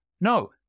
No